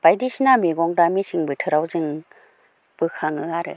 बायदिसिना मेगं दा मेसें बोथोराव जों बोखाङो आरो